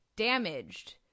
Damaged